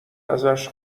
ازش